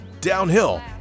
downhill